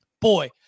boy